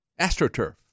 astroturf